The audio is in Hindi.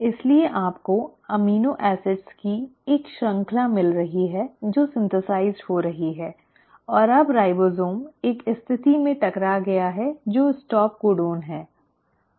इसलिए आपको एमिनो एसिड की एक श्रृंखला मिल रही है जो संश्लेषित हो रही है और अब राइबोसोम एक स्थिति में टकरा गया है जो स्टॉप कोडन है